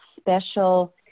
special